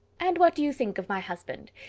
and what do you think of my husband?